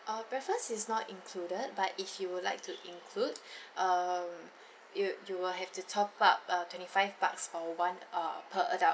uh breakfast is not included but if you would like to include err you you will have to top up uh twenty five bucks for one uh per adult